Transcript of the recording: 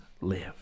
live